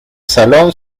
salón